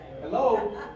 Hello